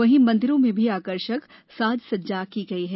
वहीं मंदिरों में भी आकर्षक साज सज्जा की गई है